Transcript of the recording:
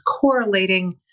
correlating